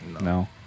No